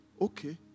Okay